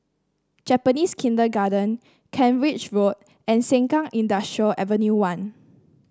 Japanese Kindergarten Kent Ridge Road and Sengkang Industrial Avenue One